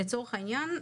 לצורך העניין,